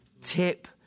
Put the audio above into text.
tip